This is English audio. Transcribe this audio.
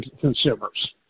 consumers